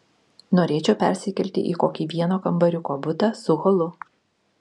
norėčiau persikelti į kokį vieno kambariuko butą su holu